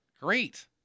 great